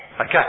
Okay